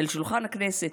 על שולחן הכנסת,